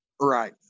Right